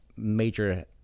major